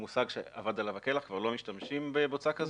מושג שאבד עליו הכלח וכבר לא משתמשים בבוצה כזאת.